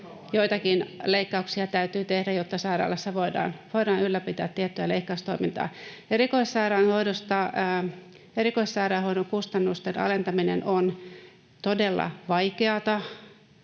joitakin leikkauksia täytyy tehdä, jotta sairaalassa voidaan ylläpitää tiettyä leikkaustoimintaa. Erikoissairaanhoidon kustannusten alentaminen on todella vaikeata,